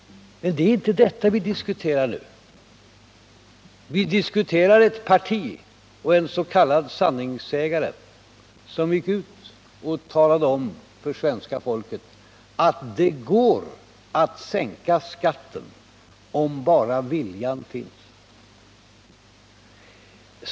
Men det är inte detta som vi diskuterar nu. Vi diskuterar ett parti och en s.k. sanningssägare, som gick ut och talade om för svenska folket att det går att sänka skatten om bara viljan finns.